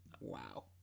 wow